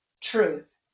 truth